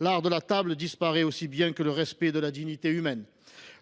L’art de la table disparaît aussi bien que le respect de la dignité humaine.